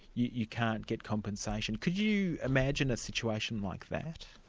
you you can't get compensation. could you imagine a situation like that?